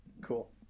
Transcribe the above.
Cool